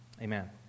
Amen